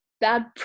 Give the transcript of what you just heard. bad